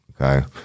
Okay